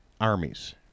armies